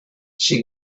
she